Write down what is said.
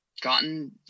gotten